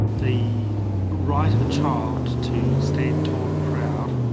the right of a child to stand tall and proud